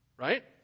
right